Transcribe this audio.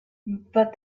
but